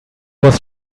was